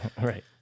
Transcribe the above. right